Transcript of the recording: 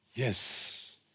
Yes